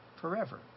forever